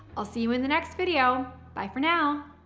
i'll see you in the next video. bye for now.